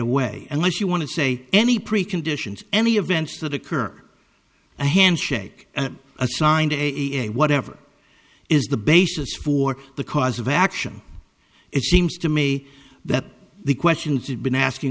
away unless you want to say any preconditions any events that occur a handshake a signed a a whatever is the basis for the cause of action it seems to me that the questions you've been asking